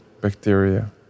bacteria